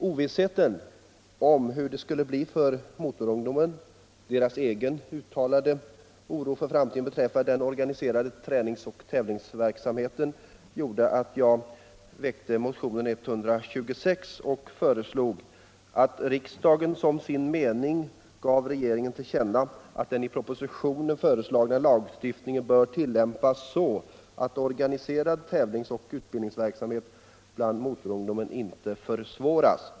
Ovissheten om hur det skulle bli för motorungdomen och dess egen uttalade oro för framtiden beträffande den organiserade träningsoch tävlingsverksamheten gjorde att jag väckte motionen 1975/76:126 vari jag föreslog att ”riksdagen som sin mening ger regeringen till känna att den i propositionen föreslagna lagstiftningen bör tillämpas så att organiserad tävlingsoch utbildningsverksamhet med motorfordon inte försvåras”.